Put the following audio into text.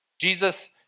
Jesus